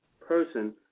person